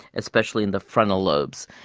especially the frontal lobes.